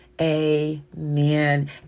Amen